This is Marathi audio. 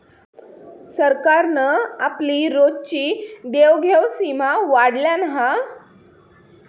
सरकारान आपली रोजची देवघेव सीमा वाढयल्यान हा